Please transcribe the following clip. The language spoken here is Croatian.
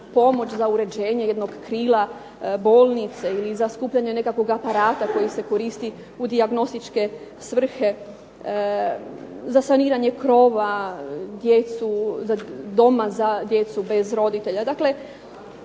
pomoć za uređenje jednog krila bolnice ili za skupljanje nekakvog aparata koji se koristi u dijagnostičke svrhe, za saniranje krova doma za djecu bez roditelja.